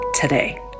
today